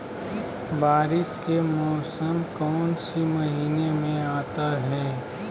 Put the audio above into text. बारिस के मौसम कौन सी महीने में आता है?